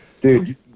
dude